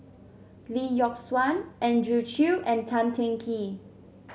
Lee Yock Suan Andrew Chew and Tan Teng Kee